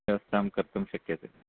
व्यवस्था कर्तुं शक्यते